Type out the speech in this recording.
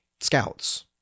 scouts